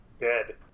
dead